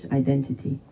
identity